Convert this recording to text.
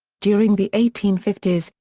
during the eighteen fifty s,